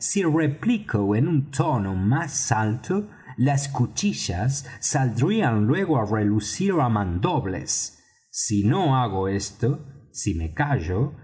en un tono más alto las cuchillas saldrían luego á relucir á mandobles si no hago esto si me callo